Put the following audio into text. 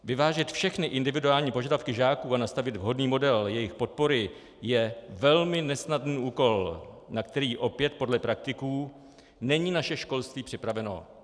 Vyvážit všechny individuální požadavky žáků a nastavit vhodný model jejich podpory je velmi nesnadný úkol, na který opět podle praktiků není naše školství připraveno.